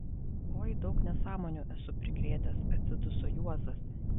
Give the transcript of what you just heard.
oi daug nesąmonių esu prikrėtęs atsiduso juozas